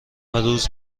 روز